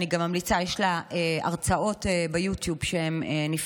אני גם ממליצה: יש לה ביוטיוב הרצאות שהן נפלאות,